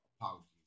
apologies